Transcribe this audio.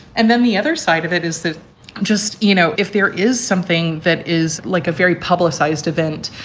and then the other side of it is that just, you know, if there is something that is like a very publicized event,